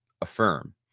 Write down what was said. affirm